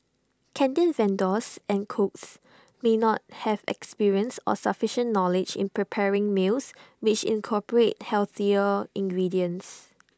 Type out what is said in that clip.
canteen vendors and cooks may not have experience or sufficient knowledge in preparing meals which incorporate healthier ingredients